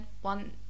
one